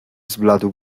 zbladł